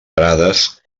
prades